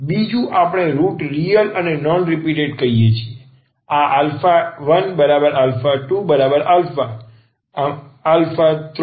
બીજું આપણે root real અને નોન રીપીટેટ કહીએ છીએ આ 12α34n છે